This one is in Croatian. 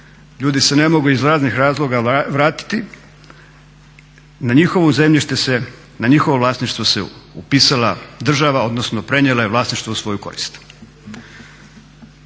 ljudi se ne mogu iz raznih razloga vratiti, na njihovo vlasništvo se upisala država odnosno prenijela je vlasništvo u svoju korist.